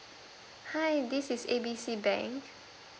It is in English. hi this is A B C bank